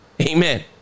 Amen